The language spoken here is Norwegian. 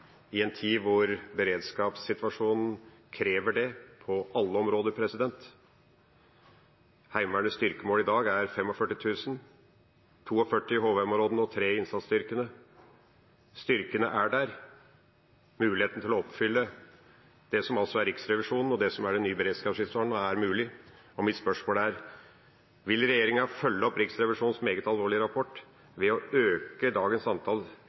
i en tid hvor beredskapssituasjonen krever det på alle områder. Heimevernets styrkemål i dag er på 45 000, med 42 000 i HV-områdene og 3 000 i innsatsstyrkene. Styrkene er der – muligheten til å oppfylle det som altså Riksrevisjonen påpeker, og det som er den nye beredskapssituasjonen. Mitt spørsmål er: Vil regjeringa følge opp Riksrevisjonens meget alvorlige rapport ved å øke dagens antall